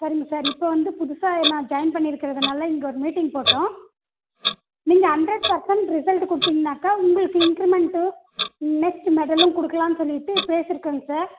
சரிங்க சார் இப்போ வந்து புதுசாக நான் ஜாயின் பண்ணிருக்கிறதனால இங்கே ஒரு மீட்டிங் போட்டோம் நீங்கள் ஹண்ட்ரட் பர்சன்ட் ரிசல்ட் கொடுத்திங்கன்னாக்க உங்களுக்கு இன்க்ரீமெண்ட் நெக்ஸ்ட் மெடலும் கொடுக்கலான்னு சொல்லிட்டு பேசிருக்கோங்க சார்